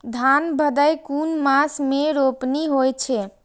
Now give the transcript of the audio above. धान भदेय कुन मास में रोपनी होय छै?